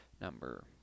number